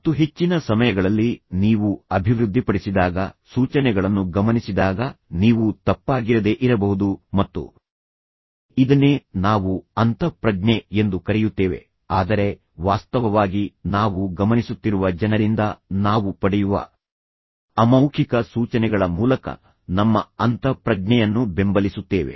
ಮತ್ತು ಹೆಚ್ಚಿನ ಸಮಯಗಳಲ್ಲಿ ನೀವು ಅಭಿವೃದ್ಧಿಪಡಿಸಿದಾಗ ಸೂಚನೆಗಳನ್ನು ಗಮನಿಸಿದಾಗ ನೀವು ತಪ್ಪಾಗಿರದೇ ಇರಬಹುದು ಮತ್ತು ಇದನ್ನೇ ನಾವು ಅಂತಃಪ್ರಜ್ಞೆ ಎಂದು ಕರೆಯುತ್ತೇವೆ ಆದರೆ ವಾಸ್ತವವಾಗಿ ನಾವು ಗಮನಿಸುತ್ತಿರುವ ಜನರಿಂದ ನಾವು ಪಡೆಯುವ ಅಮೌಖಿಕ ಸೂಚನೆಗಳ ಮೂಲಕ ನಮ್ಮ ಅಂತಃಪ್ರಜ್ಞೆಯನ್ನು ಬೆಂಬಲಿಸುತ್ತೇವೆ